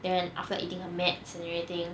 then after eating the meds and everything